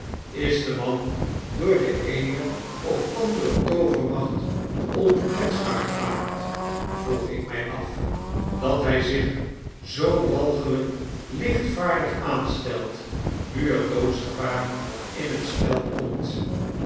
is de man door de eene of andere toovermachtonkwetsbaargemaakt vroeg ik my af dat hy zich zoo walgelijk lichtvaardig aanstelt nu er doodsgevaar in het spel komt